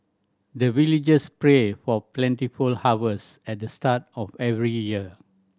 the villagers pray for plentiful harvest at the start of every year